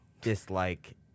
dislike